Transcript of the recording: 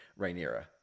Rhaenyra